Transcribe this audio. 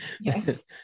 yes